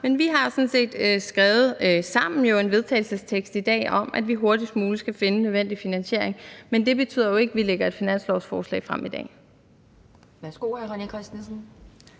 Men vi har sådan set sammen skrevet en vedtagelsestekst i dag om, at vi hurtigst muligt skal finde den nødvendige finansiering, men det betyder jo ikke, at vi lægger et finanslovsforslag frem i dag.